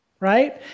right